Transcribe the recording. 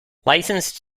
licensed